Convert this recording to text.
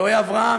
אלוהי אברהם,